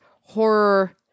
horror